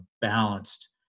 balanced